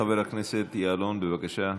חבר הכנסת יעלון, בבקשה.